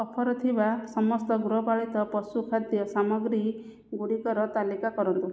offer ଥିବା ସମସ୍ତ ଗୃହପାଳିତ ପଶୁ ଖାଦ୍ୟ ସାମଗ୍ରୀ ଗୁଡ଼ିକର ତାଲିକା କରନ୍ତୁ